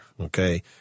Okay